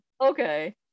Okay